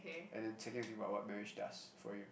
and then thinking about what marriage does for you